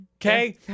Okay